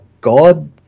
god